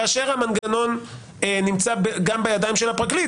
כאשר המנגנון נמצא גם בידיים של הפרקליט,